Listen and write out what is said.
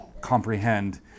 comprehend